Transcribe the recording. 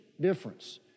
difference